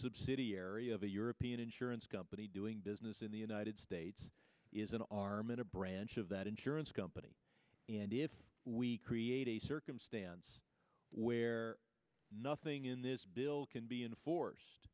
subsidiary of a european insurance company doing business in the united states is an arm and a branch of that insurance company and if we create a circumstance where nothing in this bill can be enforced